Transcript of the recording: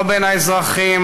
בין האזרחים,